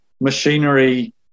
machinery